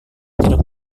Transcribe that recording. tidak